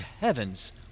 heavens